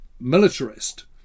militarist